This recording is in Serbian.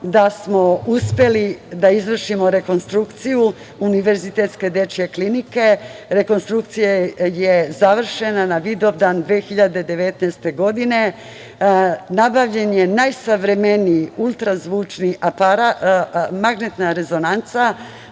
da smo uspeli da izvršimo rekonstrukciju Univerzitetske dečje klinike. Rekonstrukcija je završena na Vidovdan 2019. godine. Nabavljen je najsavremeniji ultrazvučni aparat, magnetna rezonanca